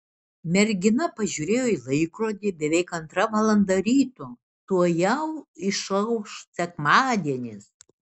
mergina pažiūrėjo į laikrodį beveik antra valanda ryto tuojau išauš sekmadienis